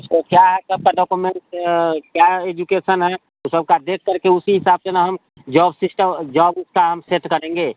उसको क्या है सबका डॉक्यूमेंट्स क्या एजुकेशन है ऊ सबका देखकर के उसी हिसाब से ना हम जॉब सिस्टम जॉब उसका हम सेट करेंगे समझ गए